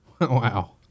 Wow